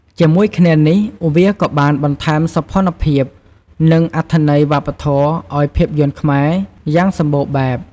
ជាមួយគ្នានេះ វាក៏បាន បន្ថែមសោភ័ណភាព និងអត្ថន័យវប្បធម៌ឱ្យភាពយន្តខ្មែរ យ៉ាងសម្បូរបែប។